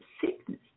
sickness